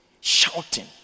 shouting